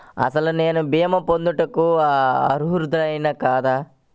అసలు నేను భీమా పొందుటకు అర్హుడన కాదా?